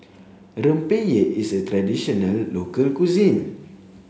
Rempeyek is a traditional local cuisine